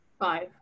Five